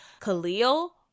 Khalil